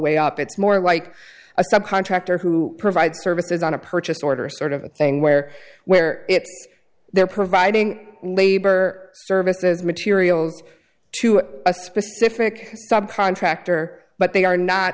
way up it's more like a subcontractor who provides services on a purchase order sort of thing where where they're providing labor services materials to a specific contractor but they are not